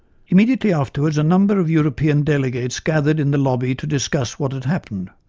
immediately afterwards, a number of european delegates gathered in the lobby to discuss what had happened.